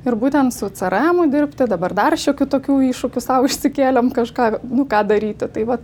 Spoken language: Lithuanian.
ir būtent su crmu dirbti dabar dar šiokių tokių iššūkių sau išsikėlėm kažką nu ką daryti tai vat